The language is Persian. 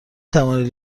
توانید